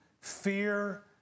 fear